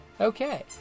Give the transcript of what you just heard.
Okay